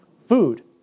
Food